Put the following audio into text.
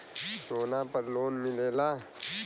सोना पर लोन मिलेला?